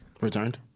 returned